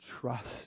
trust